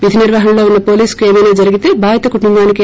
విధి నిర్వహణలో ఉన్న పోలీసుకు ఏమైనా జరిగితే బాధిత కుటుంబానికి రూ